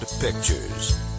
pictures